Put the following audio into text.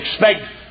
expect